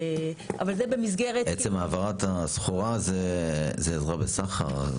עצם העברת הסחורה זה עזרה בסחר.